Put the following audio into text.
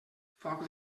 foc